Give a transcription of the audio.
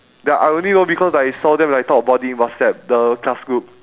ya I only know because I saw them like talk about it in whatsapp the class group